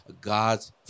God's